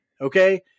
Okay